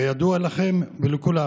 כידוע לכם ולכולם,